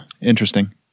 Interesting